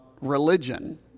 religion